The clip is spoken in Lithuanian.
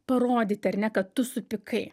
parodyt ar ne kad tu supykai